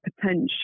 potential